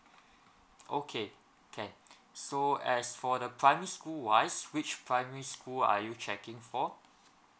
okay can so as for the primary school wise which primary school are you checking for